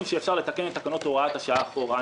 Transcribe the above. שאפשר לתקן את תקנות הוראת השעה אחורה.